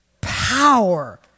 power